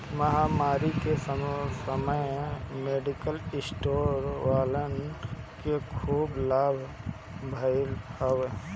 महामारी के समय मेडिकल स्टोर वालन के खूब लाभ भईल हवे